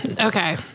Okay